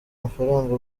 amafaranga